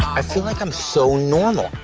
i feel like i'm so normal.